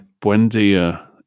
Buendia